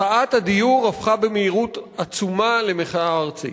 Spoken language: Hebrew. מחאת הדיור הפכה במהירות עצומה למחאה ארצית.